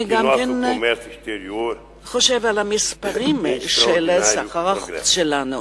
אני גם חושב על המספרים בסחר החוץ שלנו,